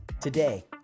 today